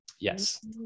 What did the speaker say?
Yes